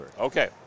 Okay